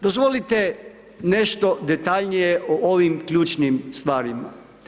Dozvolite nešto detaljnije o ovim ključnim stvarima.